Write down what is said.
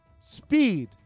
speed